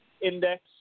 index